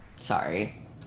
Sorry